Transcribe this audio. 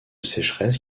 sécheresse